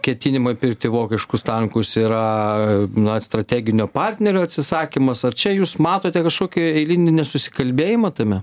ketinimai pirkti vokiškus tankus yra na strateginio partnerio atsisakymas ar čia jūs matote kažkokį eilinį nesusikalbėjimą tame